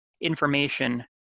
information